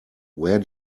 where